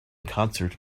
concert